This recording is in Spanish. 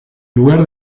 lugar